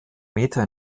meter